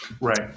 Right